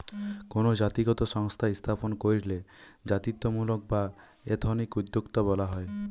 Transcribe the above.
কোনো জাতিগত সংস্থা স্থাপন কইরলে জাতিত্বমূলক বা এথনিক উদ্যোক্তা বলা হয়